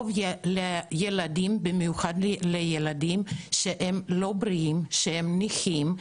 במיוחד לילדים שאינם בריאים, ילדים נכים.